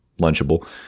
lunchable